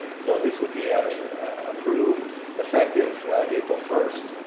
so this would be ah approved effective april first.